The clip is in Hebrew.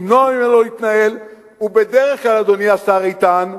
למנוע ממנו להתנהל, ובדרך כלל, אדוני השר איתן,